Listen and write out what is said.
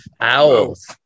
owls